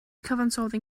cyfansoddyn